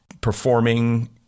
performing